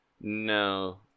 No